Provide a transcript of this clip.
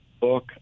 book